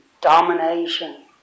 domination